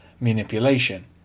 manipulation